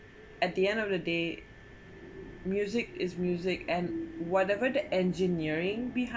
at the end of the day music is music and whatever the engineering behind